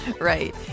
Right